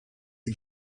die